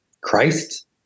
Christ